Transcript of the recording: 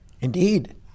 Indeed